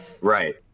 Right